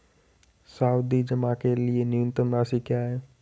सावधि जमा के लिए न्यूनतम राशि क्या है?